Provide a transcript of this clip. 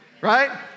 Right